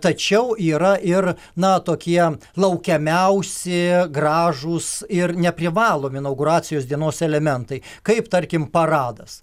tačiau yra ir na tokie laukiamiausi gražūs ir neprivalomi inauguracijos dienos elementai kaip tarkim paradas